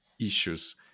issues